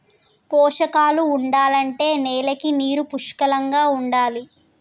పోషకాలు ఉండాలంటే నేలకి నీరు పుష్కలంగా ఉండాలి